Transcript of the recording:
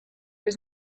was